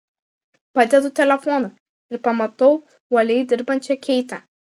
padedu telefoną ir pamatau uoliai dirbančią keitę